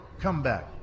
comeback